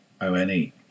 O-N-E